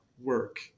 work